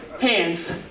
Hands